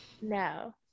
no